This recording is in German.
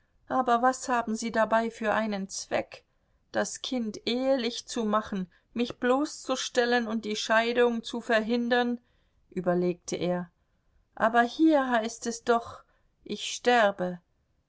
aber was haben sie dabei für einen zweck das kind ehelich zu machen mich bloßzustellen und die scheidung zu verhindern überlegte er aber hier heißt es doch ich sterbe